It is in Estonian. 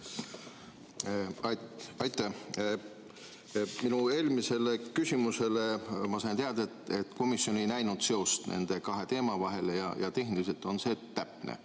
Aitäh! Minu eelmisele küsimusele [antud vastusest] ma sain teada, et komisjon ei näinud seost nende kahe teema vahel, ja tehniliselt on see täpne.